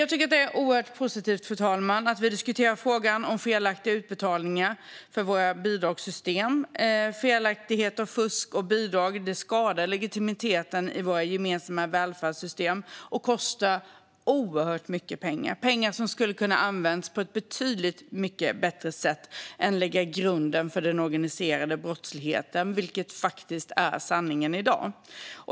Jag tycker att det är oerhört positivt att vi diskuterar frågan om felaktiga utbetalningar när det gäller våra bidragssystem. Felaktigheter och fusk när det gäller bidrag skadar legitimiteten i våra gemensamma välfärdssystem och kostar oerhört mycket pengar - pengar som skulle kunna användas på ett betydligt bättre sätt än att lägga grunden för den organiserade brottsligheten, vilket faktiskt är sanningen i dag.